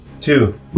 Two